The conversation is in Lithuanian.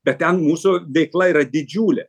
bet ten mūsų veikla yra didžiulė